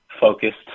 focused